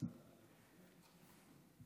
הדרוזית במדינת